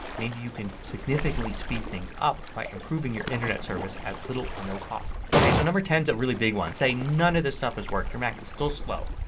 maybe you could significantly speed things up by improving your internet service at little or no cost. so number ten is a really big one. say none of this stuff has worked. your mac is still slow.